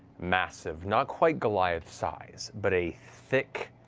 massive, not quite goliath-sized, but a thick,